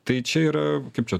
tai čia yra kaip čia